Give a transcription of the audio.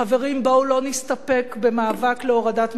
חברים, בואו לא נסתפק במאבק להורדת מחירים.